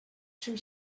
czym